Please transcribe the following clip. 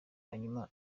hanyuma